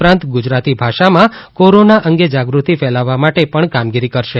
ઉપરાંત ગુજરાતી ભાષામાં કોરોના અંગે જાગૃત્તિ ફેલાવવા માટે પણ કામગીરી કરશે